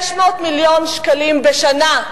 600 מיליון שקל בשנה,